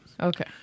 Okay